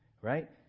right